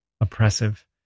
oppressive